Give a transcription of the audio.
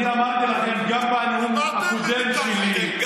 אני אמרתי לכם גם בנאום הקודם שלי,